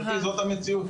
גבירתי, זאת המציאות.